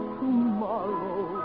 tomorrow